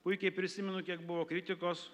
puikiai prisimenu kiek buvo kritikos